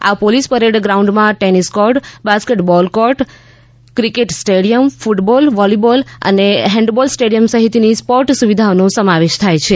આ police parade ગ્રાઉન્ડમાં tennis court basketball court cricket stadium football volleyball અને handball stadium સહિતની sports સુવિધાઓનો સમાવેશ થાય છે